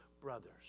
brothers